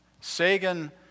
Sagan